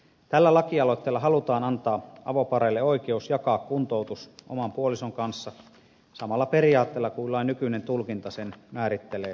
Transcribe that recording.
tällä lakialoitteella halutaan antaa avopareille oikeus jakaa kuntoutus oman puolison kanssa samalla periaatteella kuin lain nykyinen tulkinta sen määrittelee aviopuolisoiden osalta